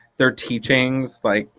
their teachings. like